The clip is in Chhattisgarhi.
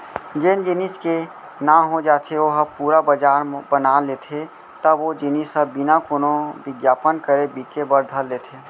जेन जेनिस के नांव हो जाथे ओ ह पुरा बजार बना लेथे तब ओ जिनिस ह बिना कोनो बिग्यापन करे बिके बर धर लेथे